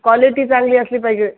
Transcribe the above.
quality चांगली असली पाहिजे